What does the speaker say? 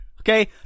Okay